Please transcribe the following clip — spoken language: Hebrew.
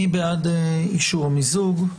מי בעד אישור המיזוג?